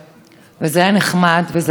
וזה היה נחמד וזה היה טוב,